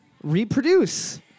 Reproduce